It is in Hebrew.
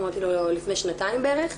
אמרתי לו, לפני שנתיים בערך,